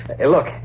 Look